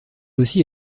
aussi